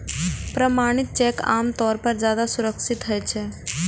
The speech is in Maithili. प्रमाणित चेक आम तौर पर ज्यादा सुरक्षित होइ छै